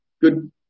good